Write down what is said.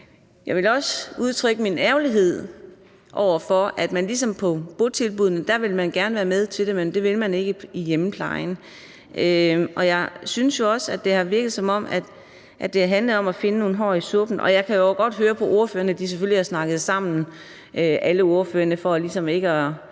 jeg vil også udtrykke min ærgerlighed over, at selv om man på botilbuddene gerne vil være med til det, så vil man det ikke i hjemmeplejen. Jeg synes jo også, at det har virket, som om det har handlet om at finde nogle hår i suppen. Og jeg kan jo godt høre på ordførerne, at de selvfølgelig alle sammen har snakket sammen for ligesom ikke at